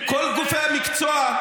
כל גופי המקצוע, לא,